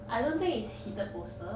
I don't think is heated bolster